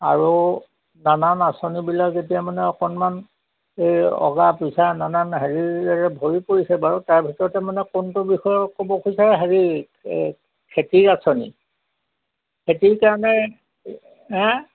আৰু নানান আঁচনিবিলাক এতিয়া মানে অকণমান এই অগা পিছা নানান হেৰিয়ে ভৰি পৰিছে বাৰু তাৰ ভিতৰতে মানে কোনটো বিষয়ে ক'ব খুজিছা হেৰি এই খেতিৰ আঁচনি খেতিৰ কাৰণে হে